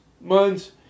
months